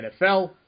NFL